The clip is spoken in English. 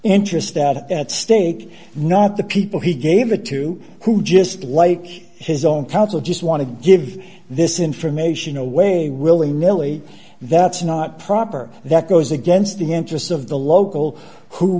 interests at stake not the people he gave it to who just like his own counsel just want to give this information away willing mily that's not proper that goes against the interests of the local who